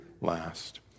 last